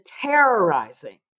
terrorizing